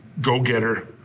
go-getter